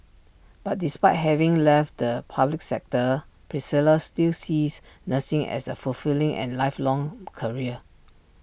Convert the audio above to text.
but despite having left the public sector Priscilla still sees nursing as A fulfilling and lifelong career